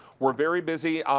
we're very busy,